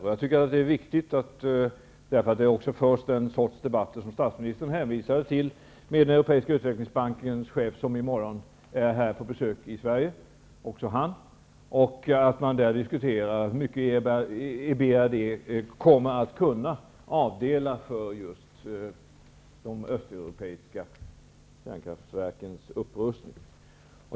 Jag tycker därför att det är viktigt att det förs också den sortens debatter som statsministern hänvisade till med den europeiska utvecklingsbankens chef, som också han är på besök här i Sverige i morgon, och att man där diskuterar hur mycket EBRD kommer att kunna avdela för just de östeuropeiska kärnkraftverkens upprustning.